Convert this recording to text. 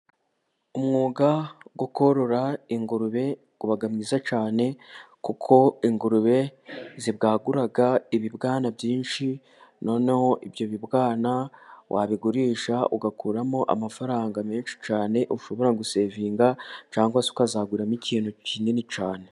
Umwuga wo korora ingurube uba mwiza cyane, kuko ingurube zibwagura ibibwana byinshi, noneho ibyo bibwana wabigurisha ugakuramo amafaranga menshi cyane, ushobora gusevinga cyangwa se ukazaguramo ikintu kinini cyane.